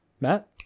Matt